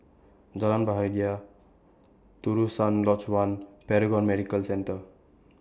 Jalan Bahagia Terusan Lodge one Paragon Medical Centre